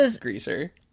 greaser